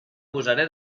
posaré